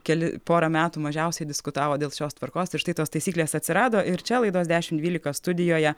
keli porą metų mažiausiai diskutavo dėl šios tvarkos ir štai tos taisyklės atsirado ir čia laidos dešimt dvylika studijoje